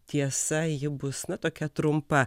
tiesa ji bus na tokia trumpa